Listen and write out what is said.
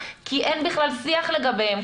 כי אין בכלל שיח לגביהם.